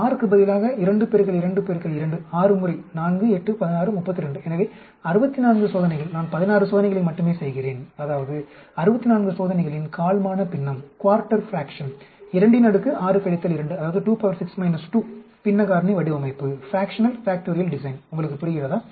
6 க்கு பதிலாக 2 பெருக்கல் 2 பெருக்கல் 2 6 முறை 4 8 16 32 எனவே 64 சோதனைகள் நான் 16 சோதனைகளை மட்டுமே செய்கிறேன் அதாவது 64 சோதனைகளின் கால்மான பின்னம் 26 2 பின்ன காரணி வடிவமைப்பு உங்களுக்கு புரிகிறதா